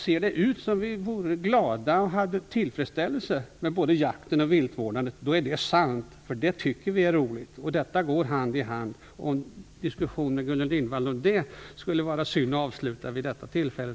Ser det ut som om vi vore glada och kände tillfredsställelse med jakten och viltvårdandet så är det sant; vi tycker att det är roligt. Dessa saker går hand i hand. Det skulle det vara synd att avsluta den diskussionen med Gudrun Lindvall vid detta tillfälle.